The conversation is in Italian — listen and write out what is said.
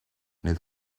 nel